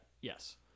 Yes